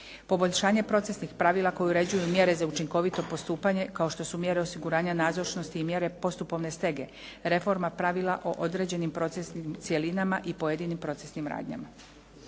poboljšanje procesnih pravila koja uređuju mjere za učinkovito postupanje kao što su mjere osiguranja nazočnosti i mjere postupovne stege, reforma pravila o određenim procesnim cjelinama i pojedinim procesnim radnjama.